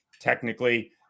technically